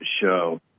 show